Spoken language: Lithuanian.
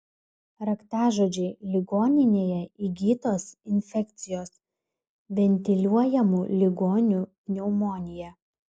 raktažodžiai ligoninėje įgytos infekcijos ventiliuojamų ligonių pneumonija